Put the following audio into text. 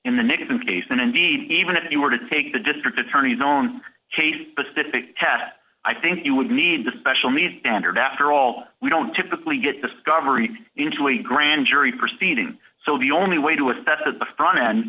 nixon case and indeed even if you were to take the district attorney's own case pacific test i think you would need the special need answered after all we don't typically get discovery into a grand jury proceeding so the only way to assess at the front end